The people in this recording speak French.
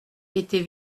était